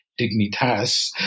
dignitas